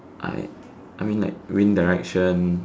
I I mean like wind direction